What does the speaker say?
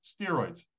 Steroids